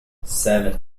seven